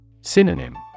Synonym